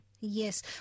Yes